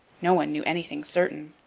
no one knew anything certain.